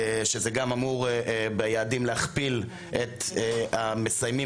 שזה גם אמור ביעדים להכפיל את המסיימים